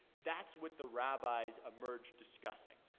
that's what the rabbis emerged discussing.